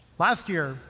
last year,